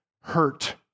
hurt